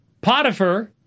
Potiphar